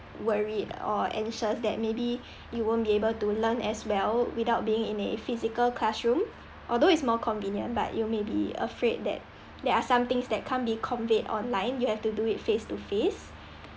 worried or anxious that maybe you won't be able to learn as well without being in a physical classroom although it's more convenient but you may be afraid that there are some things that can't be conveyed online you have to do it face to face